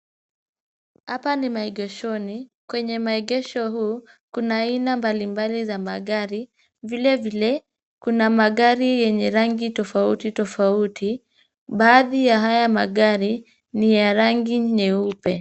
Hapa ni maegeshoni. Kwenye maegesho huu kuna aina mbali mbali za magari. Vile vile kuna magari yenye rangi tofauti tofauti. Baadhi ya haya magari ni ya rangi nyeupe.